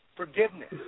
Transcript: forgiveness